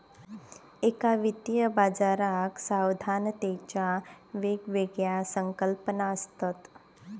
एका वित्तीय बाजाराक सावधानतेच्या वेगवेगळ्या संकल्पना असत